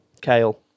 Kale